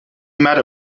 matter